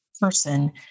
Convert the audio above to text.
person